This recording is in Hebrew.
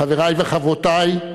חברי וחברותי,